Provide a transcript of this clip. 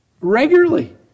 regularly